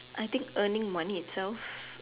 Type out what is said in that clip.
I think earning money itself